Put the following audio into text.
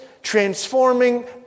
transforming